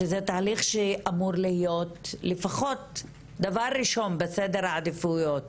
שזה תהליך שאמור להיות לפחות דבר ראשון בסדר העדיפויות,